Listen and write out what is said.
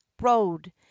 road